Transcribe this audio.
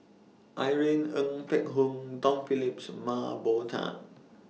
Irene Ng Phek Hoong Tom Phillips Mah Bow Tan